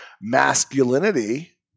masculinity